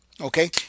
Okay